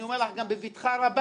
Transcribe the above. אני אומר לך גם בבטחה רבה,